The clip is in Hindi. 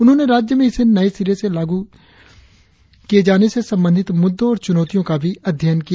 उन्होंने राज्य में इसे लागू किये जाने से संबंधित मुद्दों और चुनौतियों का भी अध्ययन किया